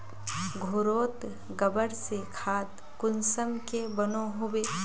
घोरोत गबर से खाद कुंसम के बनो होबे?